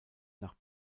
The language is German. nach